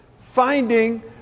finding